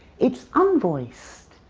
it's unvoiced.